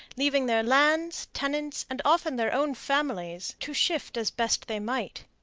leaving their lands, tenants, and often their own families to shift as best they might.